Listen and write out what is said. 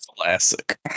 Classic